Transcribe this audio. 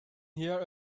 here